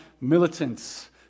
militants